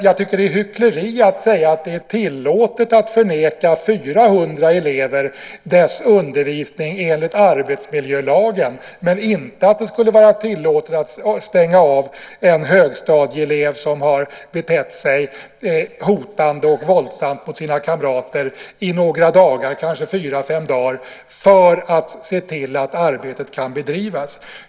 Jag tycker att det är hyckleri att säga att det är tillåtet att förvägra 400 elever dess undervisning enligt arbetsmiljölagen, men inte att det skulle vara tillåtet att stänga av en högstadieelev som har betett sig hotfullt och våldsamt mot sina kamrater i kanske fyra fem dagar för att se till att arbetet kan bedrivas.